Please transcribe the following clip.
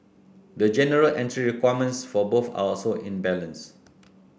the general entry requirements for both are also imbalanced